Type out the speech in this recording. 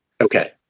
Okay